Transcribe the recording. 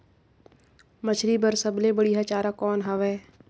मछरी बर सबले बढ़िया चारा कौन हवय?